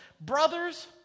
brothers